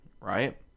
right